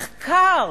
זו לא חקירה, זה מחקר,